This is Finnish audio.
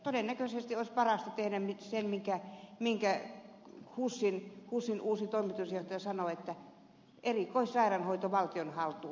todennäköisesti olisi paras tehdä nyt se minkä husin uusi toimitusjohtaja sanoi että erikoissairaanhoito valtion haltuun